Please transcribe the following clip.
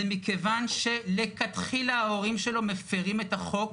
זה מכיוון שמלכתחילה ההורים שלו מפרים את החוק,